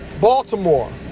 Baltimore